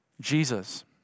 Jesus